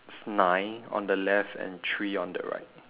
it's nine on the left and three on the right